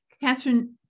Catherine